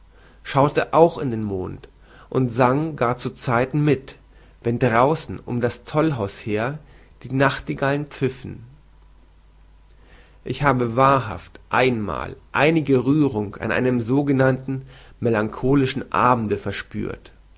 schaute auch in den mond und sang gar zu zeiten mit wenn draußen um das tollhaus her die nachtigallen pfiffen ich habe wahrhaft einmal einige rührung an einem sogenannten melancholischen abende verspürt